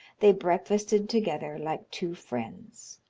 they breakfasted together like two friends.